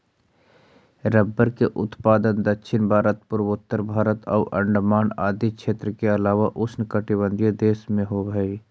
rubber के उत्पादन दक्षिण भारत, पूर्वोत्तर भारत आउ अण्डमान आदि क्षेत्र के अलावा उष्णकटिबंधीय देश में होवऽ हइ